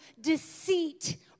deceit